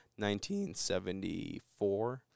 1974